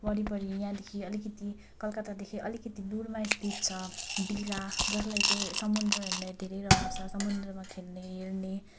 वरिपरि यहाँदेखि अलिकति कलकत्तादेखि अलिकति दुरमा अवस्थित छ डिगा जसलाई चाहिँ समुद्र हेर्ने धेरै रहर छ समुद्रमा खेल्ने हेर्ने